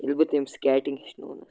ییٚلہِ بہٕ تٔمۍ سِکیٹِنٛگ ہیچھنونَس